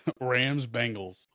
Rams-Bengals